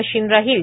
machine राहील